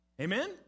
Amen